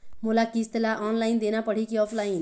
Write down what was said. मोला किस्त ला ऑनलाइन देना पड़ही की ऑफलाइन?